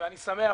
ואני שמח,